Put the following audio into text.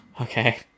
Okay